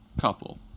couple